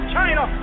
China